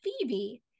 Phoebe